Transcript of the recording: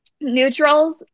neutrals